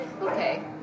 okay